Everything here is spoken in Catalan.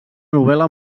novel·la